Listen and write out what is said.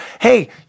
hey